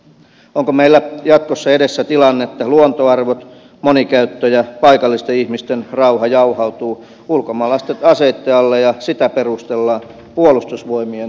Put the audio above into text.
onko meillä jatkossa edessä tilanne että luontoarvot monikäyttö ja paikallisten ihmisten rauha jauhautuvat ulkomaalaisten aseitten alle ja sitä perustellaan puolustusvoimien lakisääteisillä tehtävillä